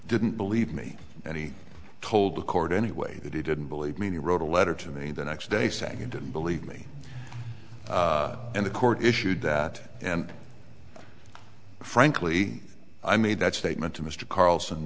didn't believe me and he told the court anyway that he didn't believe me he wrote a letter to me the next day saying he didn't believe me and the court issued that and frankly i made that statement to mr carlson